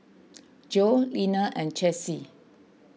Joe Leaner and Chessie